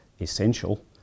essential